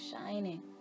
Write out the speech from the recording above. shining